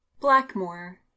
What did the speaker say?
Blackmore